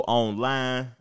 online